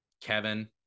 Kevin